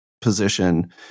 position